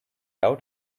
out